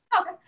okay